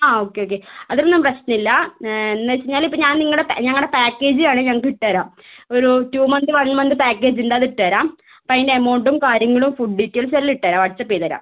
ആ okay okay അതൊന്നും പ്രശ്നമില്ല എന്താണെന്നുവെച്ചുകഴിഞാൽ ഇപ്പം ഞാൻ നിങ്ങളുടെ ഞങ്ങളുടെ പാക്കേജിൽ ആണ് ഞങ്ങൾക്ക് ഇട്ടുതരാം ഒരു two month one month package ഉണ്ട് അത് ഇട്ടുതരാം അപ്പം അതിൻ്റെ എമൗണ്ടും കാര്യങ്ങളും ഫുഡ് ഡീറ്റെയിൽസും എല്ലാം ഇട്ടുതരാം വാട്ട്സ്ആപ്പ് ചെയ്തുതരാം